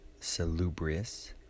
salubrious